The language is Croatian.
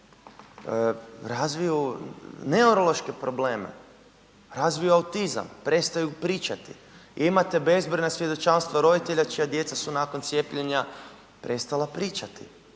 razviju neurološke probleme, razviju autizam, prestaju pričati. Imate bezbrojna svjedočanstva roditelja čija djeca su nakon cijepljenja pričate,